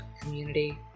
community